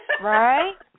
Right